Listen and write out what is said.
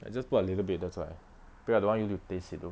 I just put a little bit that's why because I don't want you to taste it though